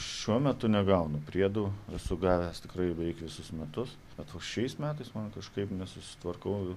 šiuo metu negaunu priedų esu gavęs tikrai beveik visus metus be va šiais metais man kažkaip nesusitvarkau